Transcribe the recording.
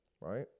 right